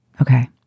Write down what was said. Okay